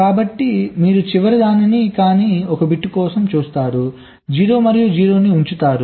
కాబట్టి మీరు చివరిది కాని 1 బిట్ కోసం చూస్తారు 0 మరియు 0 ని ఉంచుతారు